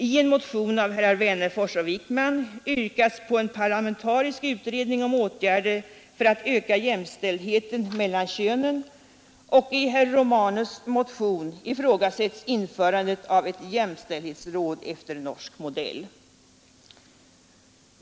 I en motion av herrar Wennerfors och Wijkman yrkas på en parlamentarisk utredning om åtgärder för att öka jämställdheten mellan könen, och i herr Romanus” motion ifrågasätts införande av ett jämställdhetsråd efter norsk modell.